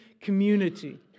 community